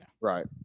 Right